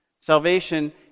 salvation